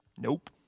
Nope